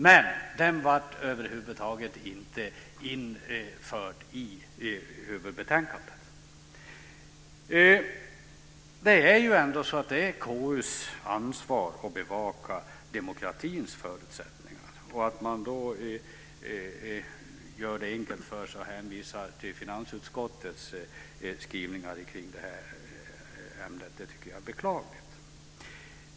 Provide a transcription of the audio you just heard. Men den blev över huvud taget inte införd i huvudbetänkandet. Det är KU:s ansvar att bevaka demokratins förutsättningar. Då tycker jag att det är beklagligt att man gör det enkelt för sig och hänvisar till finansutskottets skrivningar i det här ämnet.